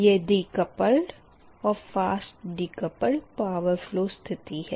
यह डिकपलड और fast decoupled power flow स्थिति है